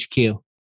HQ